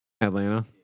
Atlanta